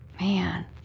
Man